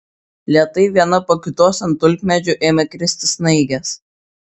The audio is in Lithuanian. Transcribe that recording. lėtai viena po kitos ant tulpmedžių ėmė kristi snaigės